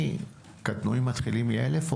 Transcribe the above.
קטנועים מתחילים מ-125,